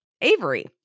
avery